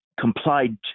complied